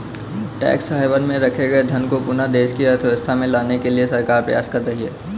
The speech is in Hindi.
टैक्स हैवन में रखे गए धन को पुनः देश की अर्थव्यवस्था में लाने के लिए सरकार प्रयास कर रही है